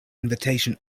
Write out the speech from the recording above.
invitation